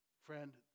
Friend